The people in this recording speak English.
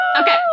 Okay